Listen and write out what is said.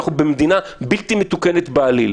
אנחנו במדינה בלתי מתוקנת בעליל.